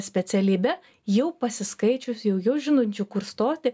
specialybe jau pasiskaičius jau jau žinančių kur stoti